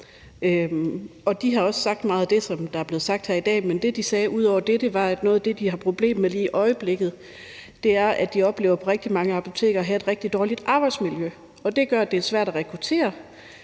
de har også sagt meget af det, som er blevet sagt her i dag. Men det, de sagde ud over det, var, at noget af det, de har et problem med lige i øjeblikket, er, at de oplever, at rigtig mange apoteker har et dårligt arbejdsmiljø, og det gør, at det er svært at rekruttere.